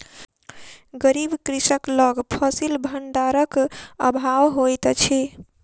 गरीब कृषक लग फसिल भंडारक अभाव होइत अछि